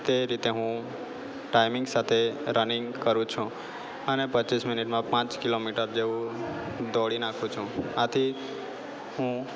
તે રીતે હું ટાઇમિંગ સાથે રનિંગ કરું છું અને પચીસ મિનિટમાં પાંચ કિલોમીટર જેવું દોડી નાખું છું આથી હું